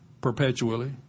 perpetually